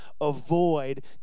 avoid